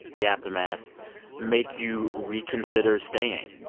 the aftermath make you reconsider staying?